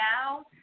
now